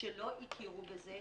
שלא הכירו בזה.